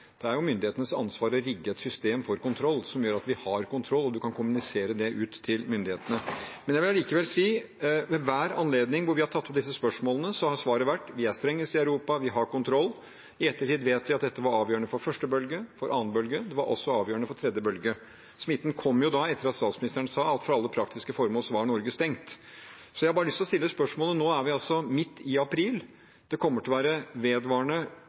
Det er jo myndighetenes ansvar å rigge et system for kontroll, som gjør at vi har kontroll, og at man kan kommunisere det ut til myndighetene. Jeg vil likevel si at ved enhver anledning når vi har tatt opp disse spørsmålene, har svaret vært: Vi er strengest i Europa – vi har kontroll. I ettertid vet vi at dette var avgjørende for første bølge, og for andre bølge. Det var også avgjørende for tredje bølge. Smitten kom etter at statsministeren sa at for alle praktiske formål var Norge stengt. Jeg har bare lyst til å stille spørsmålet: Nå er vi midt i april. Det kommer til å være vedvarende